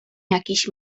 jakiś